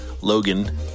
Logan